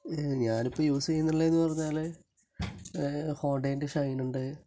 ഞാൻ ഇപ്പം യൂസ് ചെയ്യുന്നുള്ളതെന്ന് പറഞ്ഞാൽ ഹൊണ്ടേൻ്റെ ഷൈൻ ഉണ്ട്